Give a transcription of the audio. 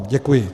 Děkuji.